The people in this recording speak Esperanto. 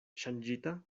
ŝanĝita